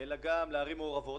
אלא גם לערים מעורבות.